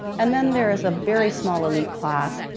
and then there is a very small elite class,